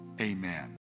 Amen